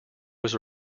was